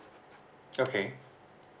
okay